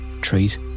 treat